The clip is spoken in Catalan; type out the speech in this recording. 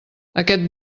aquest